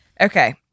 Okay